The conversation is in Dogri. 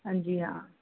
हां जी हां